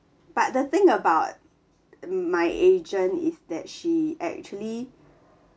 but the thing about my agent is that she actually